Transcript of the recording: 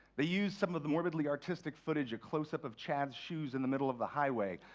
they used some of the morbidly artist footage, a close-up of chad's shoes in the middle of the highway.